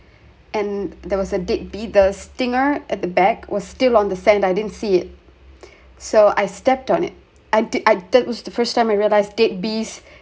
and there was a dead bee the stinger at the back was still on the sand I didn't see it so I stepped on it I did I that was the first time I realised death bees